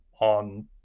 on